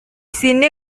sini